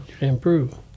Improve